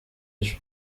ejo